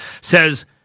says